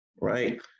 right